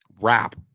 wrap